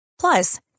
Plus